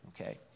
Okay